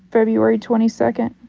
february twenty second.